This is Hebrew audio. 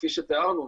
כפי שתיארנו,